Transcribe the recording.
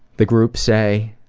the group say,